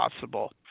possible